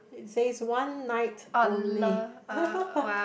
says one night only